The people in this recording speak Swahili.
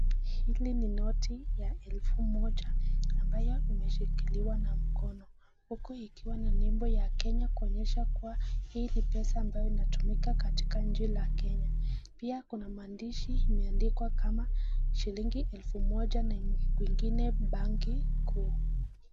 Hili ni noti ya elfu moja ambayo imeshikiliwa na mkono. Huku ikiwa na nembo ya Kenya kuonyesha kuwa hili ni pesa ambayo inatumika katika nchi la Kenya. Pia kuna maandishi imeandikwa kama shilingi elfu moja na kwingine bank kuu.